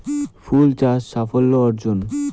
ফুল চাষ সাফল্য অর্জন?